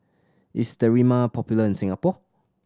is Sterimar popular in Singapore